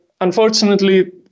unfortunately